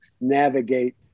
navigate